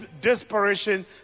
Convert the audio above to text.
desperation